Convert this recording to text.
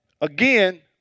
again